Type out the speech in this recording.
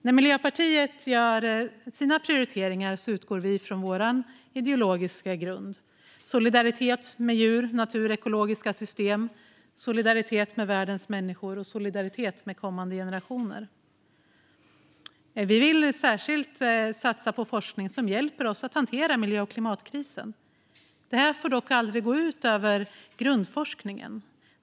När Miljöpartiet gör sina prioriteringar utgår vi från vår ideologiska grund: solidaritet med djur, natur och ekologiska system, solidaritet med världens människor och solidaritet med kommande generationer. Vi vill särskilt satsa på forskning som hjälper oss att hantera miljö och klimatkrisen. Det här får dock aldrig gå ut över grundforskningen.